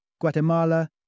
Guatemala